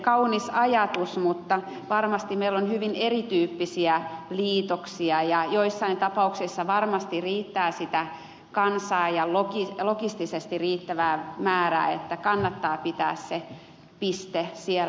kaunis ajatus mutta varmasti meillä on hyvin erityyppisiä liitoksia ja joissain tapauksissa varmasti riittää sitä kansaa ja logistisesti riittävää määrää että kannattaa pitää se piste siellä